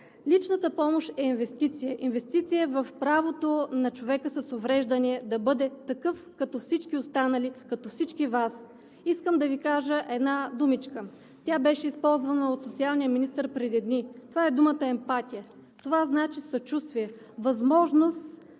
Личната помощ е инвестиция – инвестиция в правото на човек с увреждания да бъде такъв, като всички останали, като всички Вас. Искам да Ви кажа една думичка. Тя беше използвана от социалния министър преди дни. Това е думата емпатия. Това означава съчувствие, възможност